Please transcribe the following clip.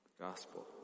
gospel